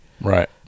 Right